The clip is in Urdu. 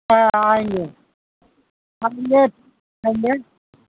آئیں گے ہم لے لیں گے